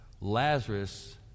Lazarus